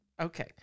Okay